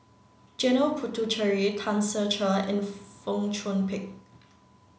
Janil Puthucheary Tan Ser Cher and Fong Chong Pik